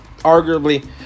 arguably